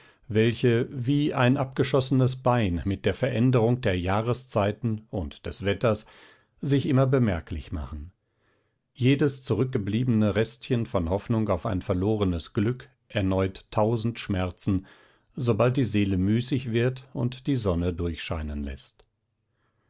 welche wie ein abgeschossenes bein mit der veränderung der jahreszeiten und des wetters sich immer bemerklich machen jedes zurückgebliebene restchen von hoffnung auf ein verlorenes glück erneut tausend schmerzen sobald die seele müßig wird und die sonne durchscheinen läßt